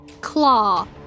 claw